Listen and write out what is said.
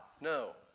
no